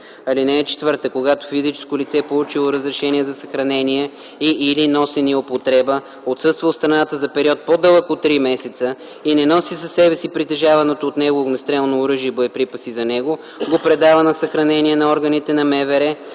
или СОТ. (4) Когато физическо лице, получило разрешение за съхранение и/или носене и употреба, отсъства от страната за период, по-дълъг от 3 месеца, и не носи със себе си притежаваното от него огнестрелно оръжие и боеприпаси за него, го предава за съхранение на органите на МВР,